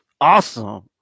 awesome